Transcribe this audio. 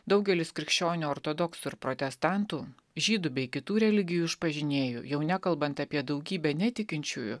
daugelis krikščionių ortodoksų ir protestantų žydų bei kitų religijų išpažinėjų jau nekalbant apie daugybę netikinčiųjų